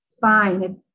fine